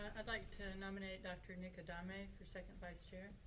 i'd like to nominate dr. nick adame for second vice chair.